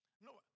No